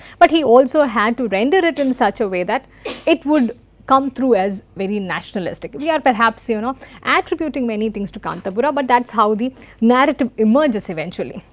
but he also ah had to render it in such a way that it would come through as very nationalistic. we are perhaps you know attributing many things to kanthapura, but that is how the narrative emerges eventually.